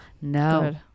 no